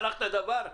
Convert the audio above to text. שלחת דוור?